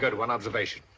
but one observation.